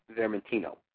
Vermentino